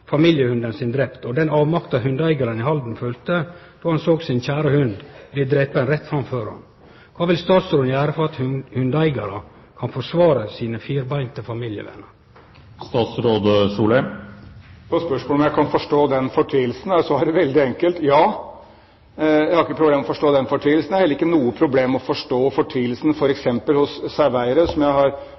familiehunden sin drepen og den avmakta hundeeigaren i Halden følte då han såg sin kjære hund bli drepen rett framfor seg? Kva vil statsråden gjere for at hundeeigarar kan forsvare sine firbeinte familievener? På spørsmål om jeg kan forstå den fortvilelsen, er svaret veldig enkelt: Ja. Jeg har ikke noen problemer med å forstå den fortvilelsen. Jeg har ikke noen problemer med å forstå fortvilelsen hos f.eks. saueeiere i Hedmark, som jeg